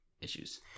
issues